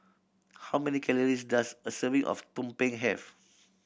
how many calories does a serving of tumpeng have